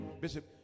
Bishop